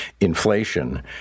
inflation